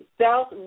South